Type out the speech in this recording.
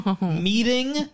meeting